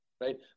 right